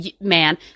man